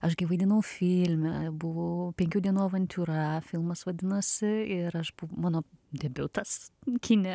aš gi vaidinau filme buvau penkių dienų avantiūra filmas vadinasi ir aš mano debiutas kine